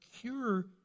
cure